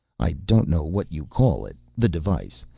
i don't know what you call it, the device,